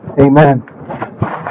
Amen